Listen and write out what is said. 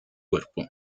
cuerpo